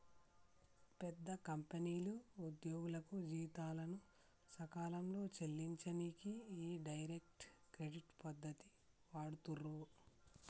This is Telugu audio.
పెద్ద కంపెనీలు ఉద్యోగులకు జీతాలను సకాలంలో చెల్లించనీకి ఈ డైరెక్ట్ క్రెడిట్ పద్ధతిని వాడుతుర్రు